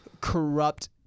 corrupt